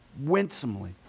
winsomely